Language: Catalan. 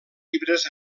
llibres